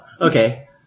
okay